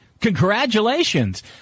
Congratulations